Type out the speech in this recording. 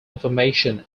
information